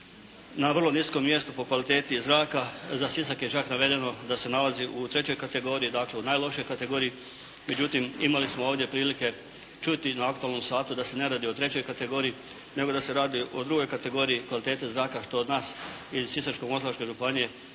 na vrlo niskom mjestu po kvaliteti zraka. Za Sisak je čak navedeno da se nalazi u trećoj kategoriji, dakle u najlošijoj kategoriji. Međutim, imali smo ovdje prilike čuti na “aktualnom satu“ da se ne radi o trećoj kategoriji, nego da se radi o drugoj kategoriji kvalitete zraka što od nas iz Sisačko-moslavačke županije